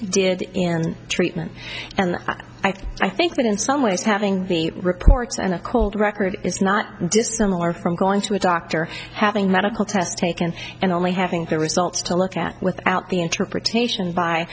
did in treatment and i think i think that in some ways having the reports and a cold record is not dissimilar from going to a doctor having medical tests taken and only having their results to look at without the interpretation by